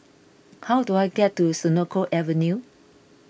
how do I get to Senoko Avenue